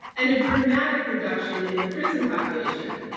and a dramatic reduction in the prison population.